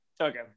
Okay